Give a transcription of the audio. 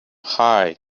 high